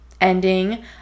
ending